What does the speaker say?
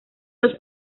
dos